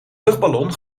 luchtballon